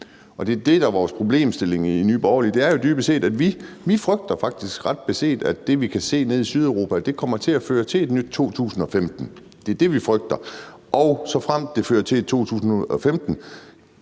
der er vores problemstilling i Nye Borgerlige. Vi frygter faktisk ret beset, at det, vi kan se nede i Sydeuropa, kommer til at føre til et nyt 2015. Det er det, vi frygter. Og såfremt det fører til et nyt